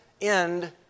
end